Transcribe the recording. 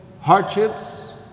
hardships